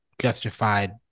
justified